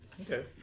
Okay